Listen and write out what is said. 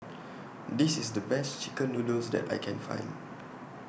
This IS The Best Chicken Noodles that I Can Find